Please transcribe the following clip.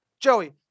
Joey